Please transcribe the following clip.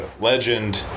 legend